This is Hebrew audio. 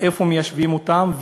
איפה מיישבים אותם,